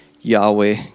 Yahweh